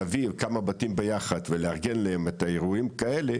להעביר כמה בתים ביחד ולארגן להם את האירועים האלה,